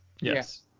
Yes